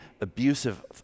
abusive